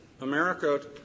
America